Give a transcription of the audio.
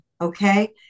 okay